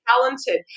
talented